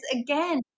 again